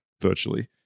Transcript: virtually